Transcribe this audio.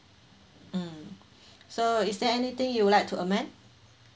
mm so is there anything you would like to amend